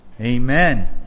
Amen